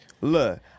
Look